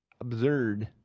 Absurd